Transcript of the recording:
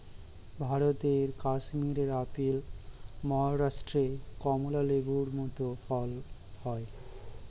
ভারতের কাশ্মীরে আপেল, মহারাষ্ট্রে কমলা লেবুর মত ফল হয়